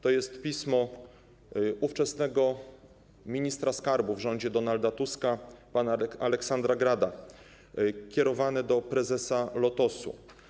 To jest pismo ówczesnego ministra skarbu w rządzie Donalda Tuska pana Aleksandra Grada kierowane do prezesa Lotosu.